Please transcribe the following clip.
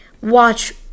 watch